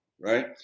right